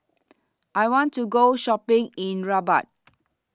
I want to Go Shopping in Rabat